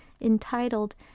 entitled